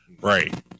Right